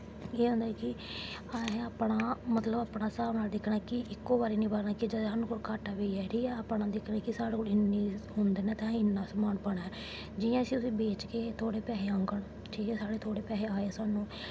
केह् होंदा कि असें मतलब अपने स्हाब कन्नै दिक्खना कि इक्को बारी निं पाने सानूं घाटा निं पेई जाऽ ठीक ऐ अपना दिक्खना कि साढ़े कोल इन्नी औंदन ऐ असें इन्ना समान पाना ठीक ऐ जि'यां इस्सी तुस बेचगे तोआढ़े पैसे आह्ङन ठीक ऐ साढ़े थोह्ड़े पैसे आए सानूं